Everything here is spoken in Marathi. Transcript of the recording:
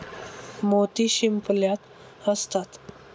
मोती शिंपल्यात असतात